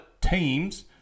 teams